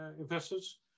investors